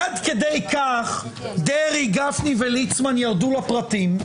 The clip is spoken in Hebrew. עד כדי כך דרעי גפני וליצמן ירדו לפרטים.